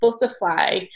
butterfly